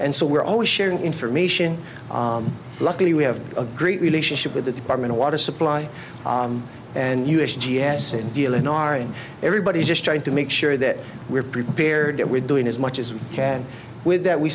and so we're always sharing information luckily we have a great relationship with the department of water supply and u s g s in illinois and everybody is just trying to make sure that we're prepared that we're doing as much as we can with that we